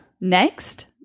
Next